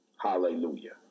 Hallelujah